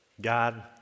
God